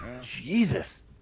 Jesus